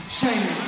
shame